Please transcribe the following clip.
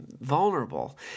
vulnerable